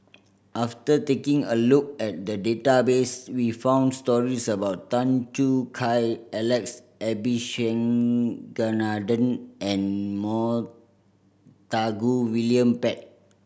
after taking a look at the database we found stories about Tan Choo Kai Alex Abisheganaden and Montague William Pett